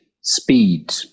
speed